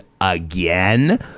again